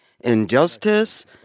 injustice